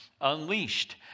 Unleashed